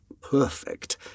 perfect